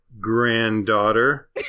granddaughter